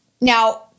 now